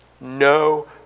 No